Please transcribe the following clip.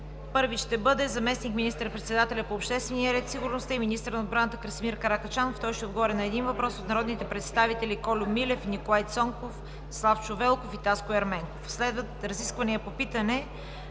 Първи ще бъде заместник министър-председателят по обществения ред и сигурността и министър на отбраната Красимир Каракачанов. Той ще отговори на един въпрос от народните представители Кольо Милев, Николай Цонков, Славчо Велков и Таско Ерменков. Следват разисквания по питане